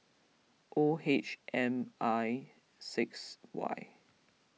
O H M I six Y